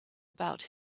about